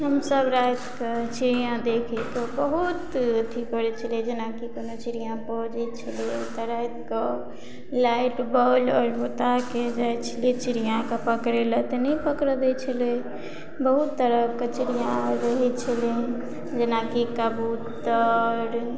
हमसब राति कऽ चिड़िया देखयके बहुत अथी करय छलियै जेनाकि कोनो चिड़िया बजइ छलै तऽ राति कऽ लाइट बल्ब आओर बूता कऽ जाइ छलियै चिड़ियाके पकड़य लए तऽ नहि पकड़ऽ दै छलै बहुत तरहक चिड़िया आर रहय छलै जेनाकि कबूतर